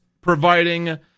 providing